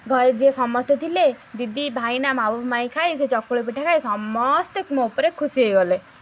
ଘରେ ଯିଏ ସମସ୍ତେ ଥିଲେ ଦିଦି ଭାଇନା ମାଇଁ ଖାଇ ସେ ଚକୁଳି ପିଠା ଖାଇ ସମସ୍ତେ ମୋ ଉପରେ ଖୁସି ହୋଇଗଲେ